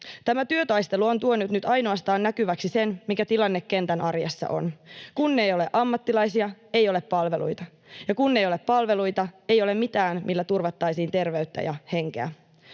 Tämä työtaistelu on tuonut nyt ainoastaan näkyväksi sen, mikä tilanne kentän arjessa on: kun ei ole ammattilaisia, ei ole palveluita, ja kun ei ole palveluita, ei ole mitään, millä turvattaisiin terveyttä ja henkeä.